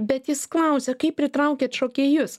bet jis klausia kaip pritraukiat šokėjus